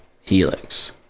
Helix